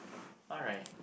alright